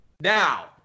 Now